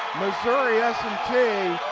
missouri s and t.